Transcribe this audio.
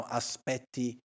aspetti